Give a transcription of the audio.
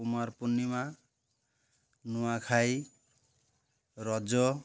Kumar Purnima Nuakhai Raja